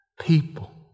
people